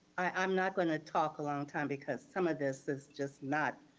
i'm not gonna talk a long time because some of this is just not,